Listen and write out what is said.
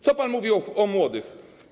Co pan mówił o młodych?